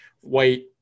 white